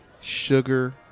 sugar